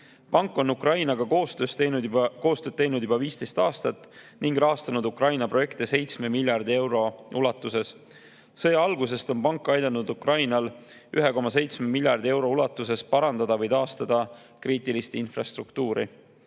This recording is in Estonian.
Pank on Ukrainaga koostööd teinud juba 15 aastat ning rahastanud Ukraina projekte 7 miljardi euro ulatuses. Sõja algusest on pank aidanud Ukrainal 1,7 miljardi euro ulatuses parandada või taastada kriitilise tähtsusega infrastruktuuri.